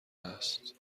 هست